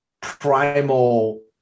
primal